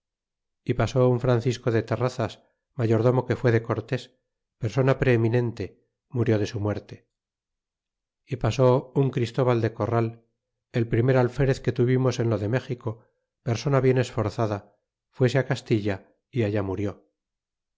y pasó un francisco de terrazas mayordomo que fué de cortés persona preeminente murió de su muerte y pasó un christóbal del corral el primer alferez que tuvimos en lo de méxico persona bien esforzada fuese á castilla y allá murió